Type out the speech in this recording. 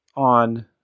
On